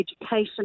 education